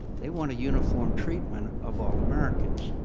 they want a uniform treatment of all americans.